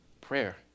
prayer